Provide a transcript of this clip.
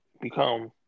become